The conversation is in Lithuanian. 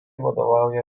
vadovauja